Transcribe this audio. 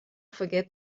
forget